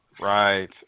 Right